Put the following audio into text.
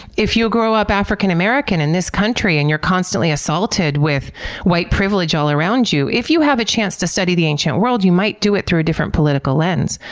if you grow up african-american in this country and you're constantly assaulted with white privilege all around you, if you have a chance to study the ancient world, you might do it through a different political lens,